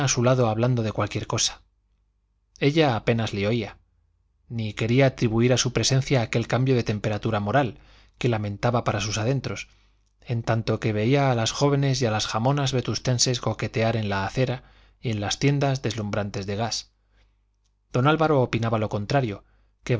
su lado hablando de cualquier cosa ella apenas le oía ni quería atribuir a su presencia aquel cambio de temperatura moral que lamentaba para sus adentros en tanto que veía a las jóvenes y a las jamonas vetustenses coquetear en la acera y en las tiendas deslumbrantes de gas don álvaro opinaba lo contrario